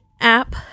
app